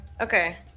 Okay